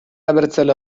abertzale